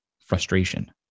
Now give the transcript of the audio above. frustration